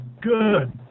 good